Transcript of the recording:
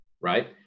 Right